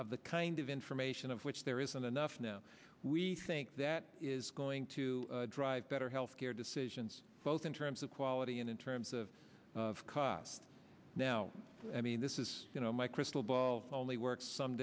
of the kind of information of which there isn't enough now we think that is going to drive better health care decisions both in terms of quality and in terms of cost now i mean this is you know my crystal ball only works some